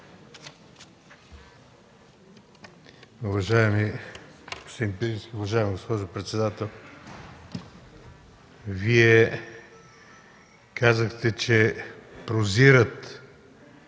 Вие казахте, че прозират